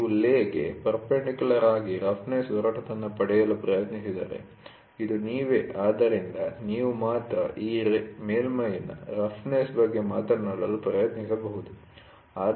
ನೀವು ಲೇಗೆ ಪರ್ಪೆಂಡಿಕ್ಯುಲಾರ್ ಆಗಿ ರಫ್ನೆಸ್ಒರಟುತನ ಪಡೆಯಲು ಪ್ರಯತ್ನಿಸಿದರೆ ಇದು ನೀವೇ ಆದ್ದರಿಂದ ನೀವು ಮಾತ್ರ ಈ ಮೇಲ್ಮೈಯ ರಫ್ನೆಸ್ ಬಗ್ಗೆ ಮಾತನಾಡಲು ಪ್ರಯತ್ನಿಸಬಹುದು